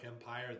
Empire